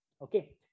Okay